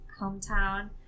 hometown